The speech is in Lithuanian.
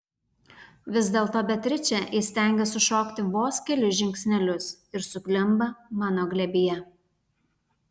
vis dėlto beatričė įstengia sušokti vos kelis žingsnelius ir suglemba mano glėbyje